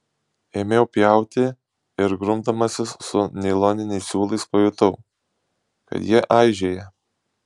ėmiau pjauti ir grumdamasis su nailoniniais siūlais pajutau kad jie aižėja